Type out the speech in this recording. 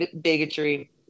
bigotry